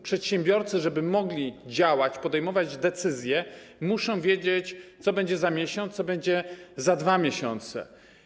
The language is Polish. Przedsiębiorcy, żeby mogli działać, podejmować decyzje, muszą wiedzieć, co będzie za miesiąc czy za 2 miesiące.